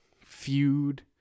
feud